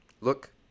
Look